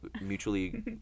mutually